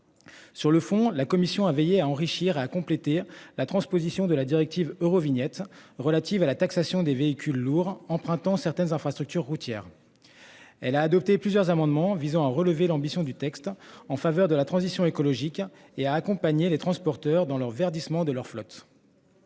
Sur le fond, la commission a veillé à enrichir à compléter la transposition de la directive Eurovignette relative à la taxation des véhicules lourds empruntant certaines infrastructures routières. Elle a adopté plusieurs amendements visant à relever l'ambition du texte en faveur de la transition écologique et à accompagner les transporteurs dans leur verdissement de leur flotte.--